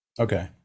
okay